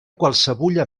qualsevulla